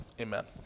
Amen